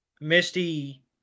Misty